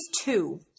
two